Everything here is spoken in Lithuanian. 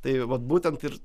tai vat būtent ir